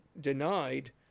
denied